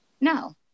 No